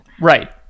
Right